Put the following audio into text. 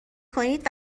کنید